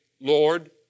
Lord